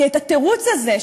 כי התירוץ הזה,